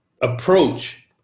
approach